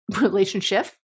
Relationship